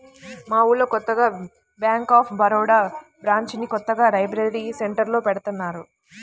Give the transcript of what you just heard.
మా ఊళ్ళో కొత్తగా బ్యేంక్ ఆఫ్ బరోడా బ్రాంచిని కొత్తగా లైబ్రరీ సెంటర్లో పెడతన్నారు